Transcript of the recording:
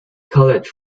college